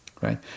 right